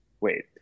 wait